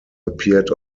appeared